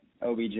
OBJ